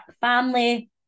family